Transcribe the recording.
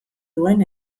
duen